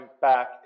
back